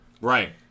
Right